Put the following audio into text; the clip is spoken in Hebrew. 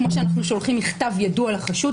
כפי שאנו שולחים ידוע מכתב לחשוד,